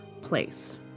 place